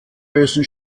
wessen